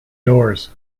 doors